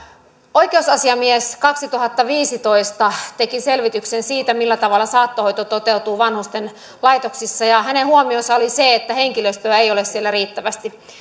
oikeusasiamies kaksituhattaviisitoista teki selvityksen siitä millä tavalla saattohoito toteutuu vanhustenlaitoksissa ja hänen huomionsa oli se että henkilöstöä ei ole siellä riittävästi